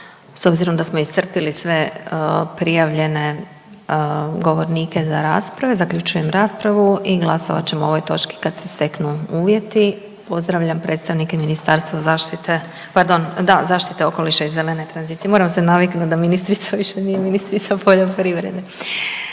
S obzirom da smo iscrpili sve prijavljene govornike za rasprave, zaključujem raspravu i glasovat ćemo o ovoj točki kad se steknu uvjeti. Pozdravljam predstavnike Ministarstva zaštite, pardon, da zaštite okoliša i zelene tranzicije. Moram se naviknut da ministrica više nije ministrica poljoprivrede.